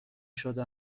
شده